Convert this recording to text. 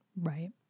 Right